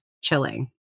chilling